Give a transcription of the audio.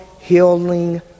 healing